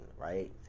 right